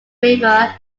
river